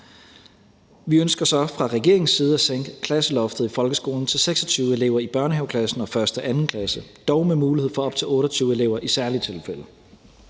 Vi ønsker så fra regeringens side at sænke klasseloftet i folkeskolen til 26 elever i børnehaveklassen og 1. og 2. klasse, dog med mulighed for op til 28 elever i særlige tilfælde.